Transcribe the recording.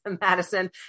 madison